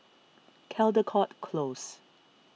Caldecott Close